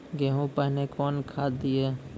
गेहूँ पहने कौन खाद दिए?